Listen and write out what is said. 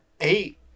eight